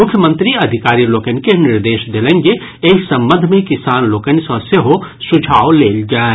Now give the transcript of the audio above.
मुख्यमंत्री अधिकारी लोकनि के निर्देश देलनि जे एहि संबंध मे किसान लोकनि सँ सेहो सुझाव लेल जाय